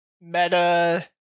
meta